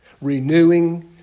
Renewing